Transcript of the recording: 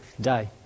day